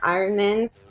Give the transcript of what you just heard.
Ironmans